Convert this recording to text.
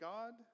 God